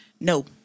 No